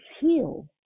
heal